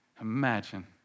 Imagine